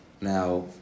Now